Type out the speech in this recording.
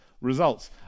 results